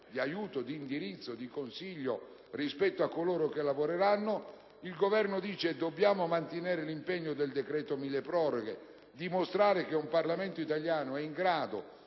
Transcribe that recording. (di aiuto, di indirizzo e di consiglio) rispetto a coloro che lavoreranno, sostenendo che bisogna mantenere l'impegno del decreto milleproroghe e dimostrare che il Parlamento italiano è in grado